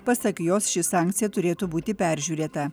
pasak jos ši sankcija turėtų būti peržiūrėta